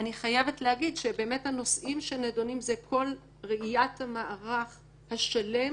אני חייבת להגיד שהנושאים שנדונים זה כל ראיית המערך השלם